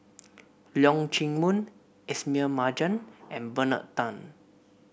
Leong Chee Mun Ismail Marjan and Bernard Tan